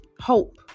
hope